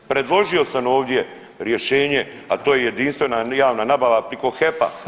Predložio sam ovdje rješenje, a to je jedinstvena javna nabava priko HEP-a.